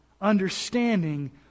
understanding